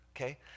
okay